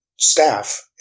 Staff